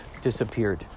disappeared